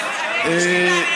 אני הייתי שקטה.